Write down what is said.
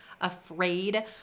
afraid